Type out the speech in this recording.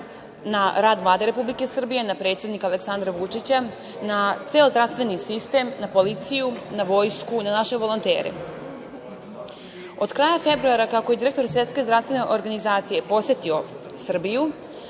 na rad Vlade Republike Srbije, na predsednika Aleksandra Vučića, na ceo zdravstveni sistem, na policiju, na vojsku, na naše volontere. Od kraja februara, kako je direktor Svetske zdravstvene organizacije posetio Srbiju,